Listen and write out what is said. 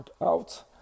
out